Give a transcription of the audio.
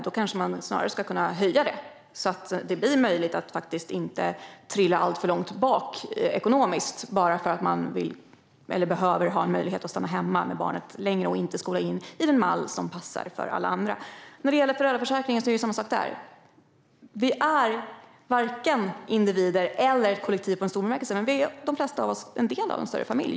Då kanske den snarare borde höjas, så att det blir möjligt att stanna hemma med barnet längre och inte skola in det enligt den mall som passar för alla andra. Man ska inte trilla alltför långt bak ekonomiskt bara för att man behöver göra på det sättet. När det gäller föräldraförsäkringen är det samma sak. Vi är varken individer eller kollektiv i en större bemärkelse. Men de flesta av oss är en del av en större familj.